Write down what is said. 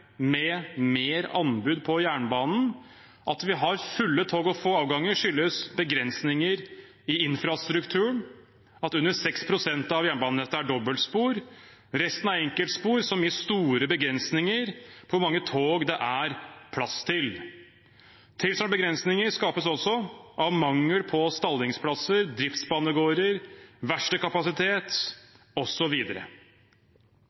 med mer anbud på jernbanen. At vi har fulle tog og få avganger, skyldes begrensninger i infrastrukturen og at under 6 pst. av jernbanenettet er dobbeltspor. Resten er enkeltspor, som gir store begrensninger på hvor mange tog det er plass til. Tilsvarende begrensninger skapes også av mangel på stallingsplasser, driftsbanegårder,